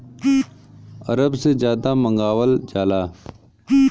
अरब से जादा मंगावल जाला